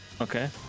Okay